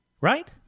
right